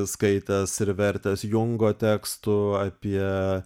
skaitęs ir vertęs jungo tekstų apie